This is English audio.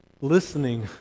listening